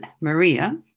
Maria